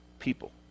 people